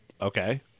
Okay